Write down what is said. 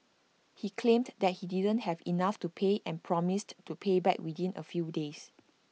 he claimed that he didn't have enough to pay and promised to pay back within A few days